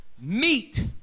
Meet